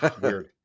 Weird